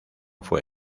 fue